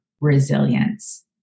resilience